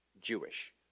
Jewish